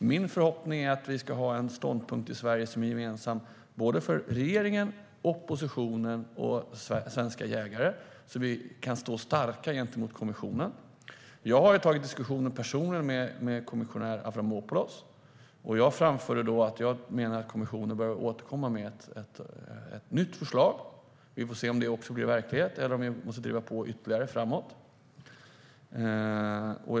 Min förhoppning är att vi ska ha en ståndpunkt i Sverige som är gemensam för regeringen, oppositionen och svenska jägare så att vi kan stå starka gentemot kommissionen. Jag har tagit diskussionen personligen med kommissionär Avramopoulos, och jag framförde då att jag menar att kommissionen bör återkomma med ett nytt förslag. Vi får se om det också blir verklighet eller om vi måste driva på ytterligare framöver.